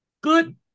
Good